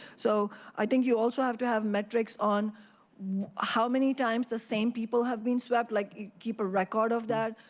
so i think you also have to have metrics on how many times the same people have been swept, like keep a record of that,